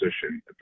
position